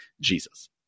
Jesus